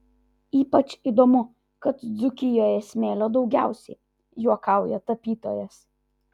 ypač įdomu kad dzūkijoje smėlio daugiausiai juokauja tapytojas